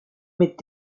mit